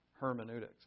hermeneutics